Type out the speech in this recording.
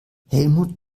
helmut